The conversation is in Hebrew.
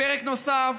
פרק נוסף,